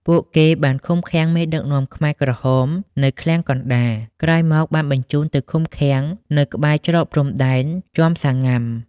ពួកគេ បានឃុំឃាំងមេដឹកនាំខ្មែរក្រហមនៅឃ្លាំងកណ្តាល ក្រោយមកបានបញ្ជូនទៅឃុំឃាំងនៅក្បែរច្រកព្រំដែនជាំសាងុំា។